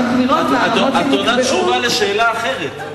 שנקבעו, את עונה תשובה לשאלה אחרת.